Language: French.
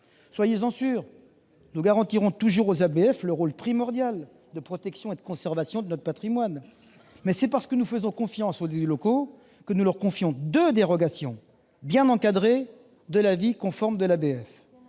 Soyez-en sûr, nous garantirons toujours aux ABF le rôle primordial de protection et de conservation de notre patrimoine. Mais, parce que nous faisons confiance aux élus locaux, nous leur accordons deux possibilités de dérogation, bien encadrées, à l'avis conforme de l'ABF.